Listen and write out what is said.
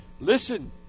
Listen